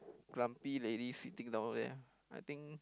plumpy lady sitting down there I think